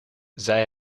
zij